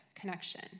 connection